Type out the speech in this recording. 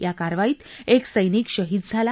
या कारवाईत एक सैनिक शहीद झाला